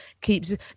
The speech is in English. keeps